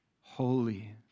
Holy